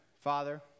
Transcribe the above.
Father